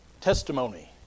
testimony